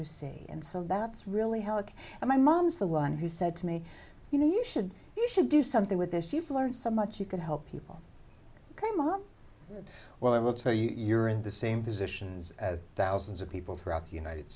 you say and so that's really how it and my mom's the one who said to me you know you should you should do something with this you've learned so much you can help people ok mom well i will tell you you're in the same positions as thousands of people throughout the united